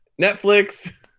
Netflix